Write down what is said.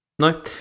No